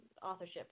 Authorship